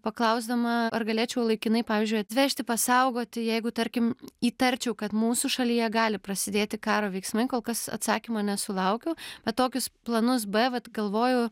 paklausdama ar galėčiau laikinai pavyzdžiui atvežti pasaugoti jeigu tarkim įtarčiau kad mūsų šalyje gali prasidėti karo veiksmai kol kas atsakymo nesulaukiau bet tokius planus b vat galvoju